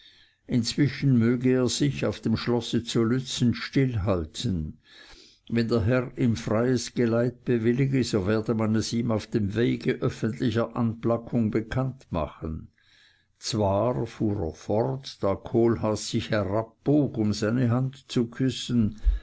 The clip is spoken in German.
inzwischen möchte er sich auf dem schlosse zu lützen still halten wenn der herr ihm freies geleit bewillige so werde man es ihm auf dem wege öffentlicher anplackung bekanntmachen zwar fuhr er fort da kohlhaas sich herabbog um seine hand zu küssen